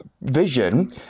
vision